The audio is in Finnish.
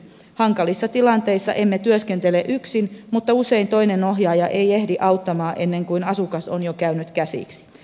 hankalissa tilanteissa emme työskentele yksin mutta usein toinen ohjaaja ei ehdi auttamaan ennen kuin asukas on jo käynyt käsiksi